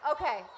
Okay